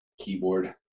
Keyboard